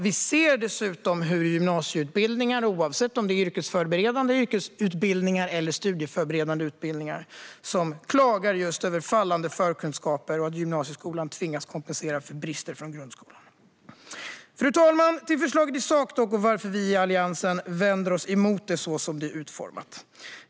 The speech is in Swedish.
Vi ser dessutom hur man på gymnasieutbildningar, oavsett om de är yrkesförberedande eller studieförberedande, klagar över fallande förkunskaper hos eleverna och att gymnasieskolan tvingas kompensera för brister från grundskolan. Fru talman! Låt mig dock komma till förslaget i sak och varför vi i Alliansen vänder oss emot det sådant det är utformat.